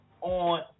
on